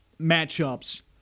matchups